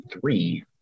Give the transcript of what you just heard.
three